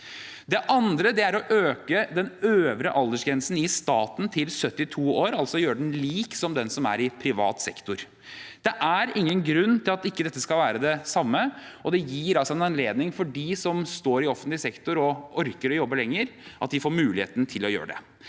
Det andre er å øke den øvre aldersgrensen i staten til 72 år, altså gjøre den lik den som er i privat sektor. Det er ingen grunn til at ikke dette skal være det samme, og det gir altså en anledning til at de som er i offentlig sektor og orker å jobbe lenger, får muligheten til å gjøre det.